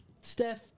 Steph